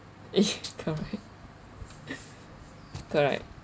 ya correct correct